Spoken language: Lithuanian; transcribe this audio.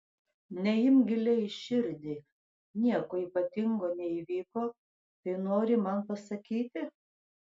neimk giliai į širdį nieko ypatinga neįvyko tai nori man pasakyti